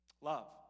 love